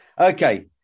Okay